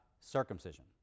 circumcision